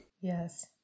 Yes